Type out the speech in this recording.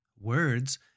words